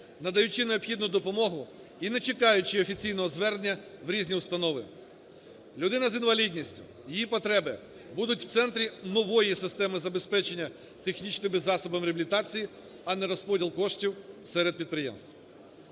надаючи необхідну допомогу і не чекаючи офіційного звернення в різні установи. Людина з інвалідністю, її потреби будуть у центрі нової системи забезпечення технічними засобами реабілітації, а не розподіл коштів серед підприємств.